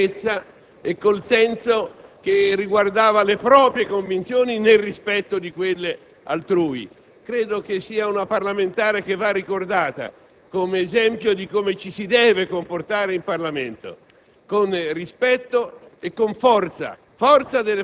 quello che doveva dire lo diceva sempre, con chiarezza e con il senso delle proprie convinzioni, nel rispetto di quelle altrui. Credo sia una parlamentare che va ricordata come esempio di come ci si deve comportare in Parlamento: